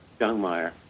Youngmeyer